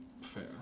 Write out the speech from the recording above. Fair